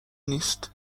نیست